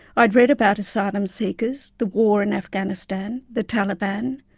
i'd read about asylum seekers, the war in afghanistan, the taliban,